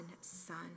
son